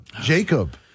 Jacob